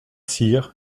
cyr